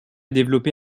développé